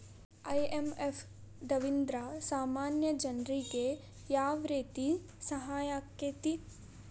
IMF ದವ್ರಿಂದಾ ಸಾಮಾನ್ಯ ಜನ್ರಿಗೆ ಯಾವ್ರೇತಿ ಸಹಾಯಾಕ್ಕತಿ?